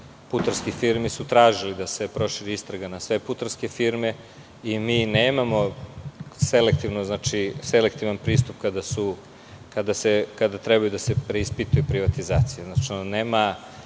putarskih firmi su tražili da se proširi istraga na sve putarske firme. Mi nemamo selektivan pristup kada treba da se preispitaju privatizacije.